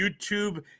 YouTube